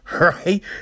right